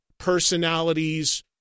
personalities